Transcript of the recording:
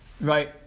Right